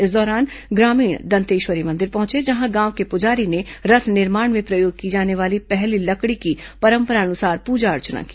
इस दौरान ग्रामीण दंतेश्वरी मंदिर पहुंचे जहां गांव के पुजारी ने रथ निर्माण में प्रयोग की जाने वाली पहली लकड़ी की परंपरानुसार पूजा अर्चना की